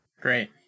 Great